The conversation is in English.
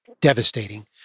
devastating